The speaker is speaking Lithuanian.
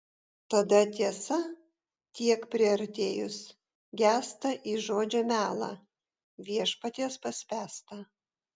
tada tiesa tiek priartėjus gęsta į žodžio melą viešpaties paspęstą